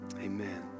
amen